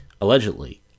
allegedly